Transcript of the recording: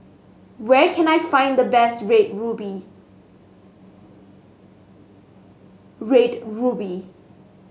where can I find the best Red Ruby Red Ruby